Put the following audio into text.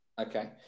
Okay